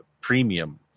premium